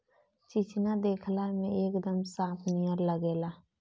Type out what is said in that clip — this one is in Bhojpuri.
चिचिना देखला में एकदम सांप नियर लागेला